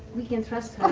we can trust